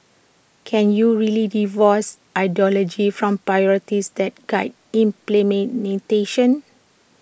can you really divorce ideology from priorities that guide implementation